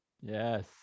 Yes